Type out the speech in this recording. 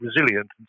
resilient